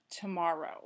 tomorrow